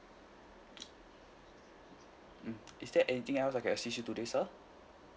mm is there anything else I can assist you today sir